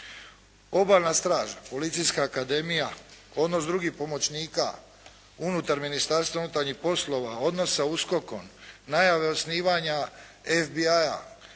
Obalna straža, policijska akademija, odnos drugih pomoćnika unutar Ministarstva unutarnjih poslova, odnos sa USKOKOM, najave osnivanja FBI,